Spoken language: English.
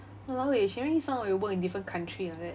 !walao! eh sharing some of your work in different country like that